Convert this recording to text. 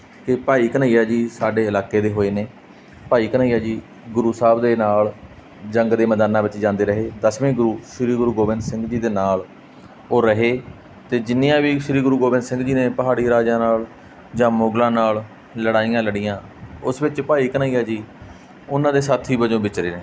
ਕਿ ਭਾਈ ਘਨੱਈਆ ਜੀ ਸਾਡੇ ਇਲਾਕੇ ਦੇ ਹੋਏ ਨੇ ਭਾਈ ਘਨੱਈਆ ਜੀ ਗੁਰੂ ਸਾਹਿਬ ਦੇ ਨਾਲ ਜੰਗ ਦੇ ਮੈਦਾਨਾਂ ਵਿੱਚ ਜਾਂਦੇ ਰਹੇ ਦਸਵੇਂ ਗੁਰੂ ਸ਼੍ਰੀ ਗੁਰੂ ਗੋਬਿੰਦ ਸਿੰਘ ਜੀ ਦੇ ਨਾਲ ਉਹ ਰਹੇ ਅਤੇ ਜਿੰਨੀਆਂ ਵੀ ਸ਼੍ਰੀ ਗੁਰੂ ਗੋਬਿੰਦ ਸਿੰਘ ਜੀ ਨੇ ਪਹਾੜੀ ਰਾਜਿਆਂ ਨਾਲ ਜਾਂ ਮੁਗਲਾਂ ਨਾਲ ਲੜਾਈਆਂ ਲੜੀਆਂ ਉਸ ਵਿੱਚ ਭਾਈ ਘਨੱਈਆ ਜੀ ਉਹਨਾਂ ਦੇ ਸਾਥੀ ਵਜੋਂ ਵਿਚਰੇ ਨੇ